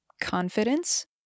confidence